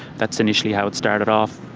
that's initially how it started off.